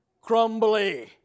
Crumbly